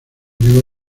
llegó